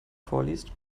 vorliest